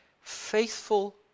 faithful